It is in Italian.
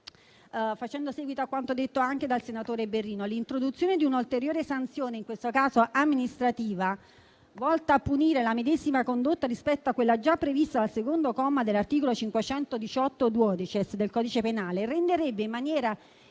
Facendo seguito a quanto detto anche dal senatore Berrino, l'introduzione di un'ulteriore sanzione, in questo caso amministrativa, volta a punire la medesima condotta rispetto a quella già prevista dal secondo comma dell'articolo 518-*duodecies* del codice penale, renderebbe irragionevole,